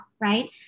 right